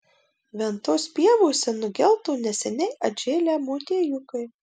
ventos pievose nugelto neseniai atžėlę motiejukai